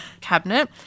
cabinet